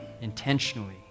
intentionally